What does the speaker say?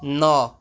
ନଅ